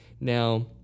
now